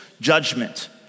judgment